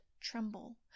tremble